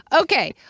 Okay